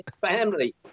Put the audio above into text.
family